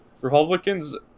Republicans